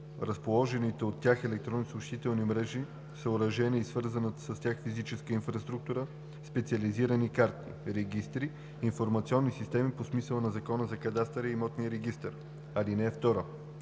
разположените от тях електронни съобщителни мрежи, съоръжения и свързаната с тях физическа инфраструктура специализирани карти, регистри, информационни системи по смисъла на Закона за кадастъра и имотния регистър. (2)